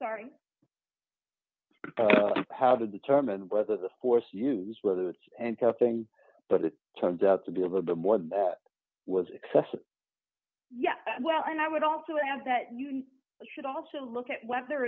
sorry how to determine whether the force used whether it's and tapping but it turns out to be a little bit more than that was excessive yes well and i would also add that you should also look at whether